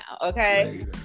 Okay